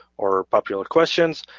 or popular questions.